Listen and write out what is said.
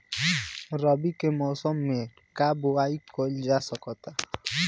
रवि के मौसम में का बोआई कईल जा सकत बा?